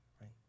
right